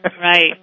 right